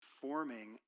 forming